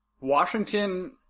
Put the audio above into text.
Washington